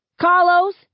Carlos